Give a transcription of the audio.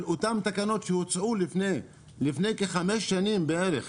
אותן תקנות שהוצאו לפני חמש שנים בערך,